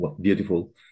beautiful